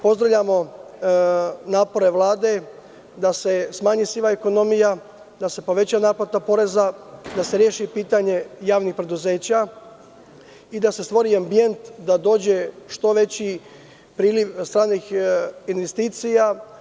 Pozdravljamo napore Vlade da se smanji siva ekonomija, da se poveća naplata poreza, da se reši pitanje javnih preduzeća i da se stvori ambijent da dođe što veći priliv stranih investicija.